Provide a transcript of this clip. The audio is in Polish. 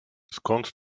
skąd